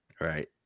right